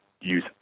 use